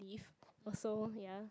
if also ya